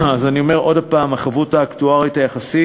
אז אני אומר שוב: החבות האקטוארית היחסית